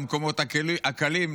למקומות הקלים,